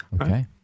Okay